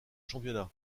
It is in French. championnat